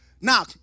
Now